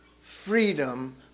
freedom